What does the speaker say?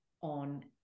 on